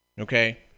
Okay